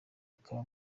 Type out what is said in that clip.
bakaba